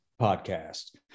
podcast